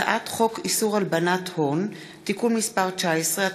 הצעת חוק איסור הלבנת הון (תיקון מס' 19),